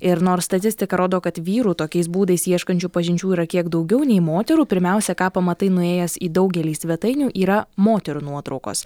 ir nors statistika rodo kad vyrų tokiais būdais ieškančių pažinčių yra kiek daugiau nei moterų pirmiausia ką pamatai nuėjęs į daugelį svetainių yra moterų nuotraukos